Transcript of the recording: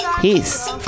peace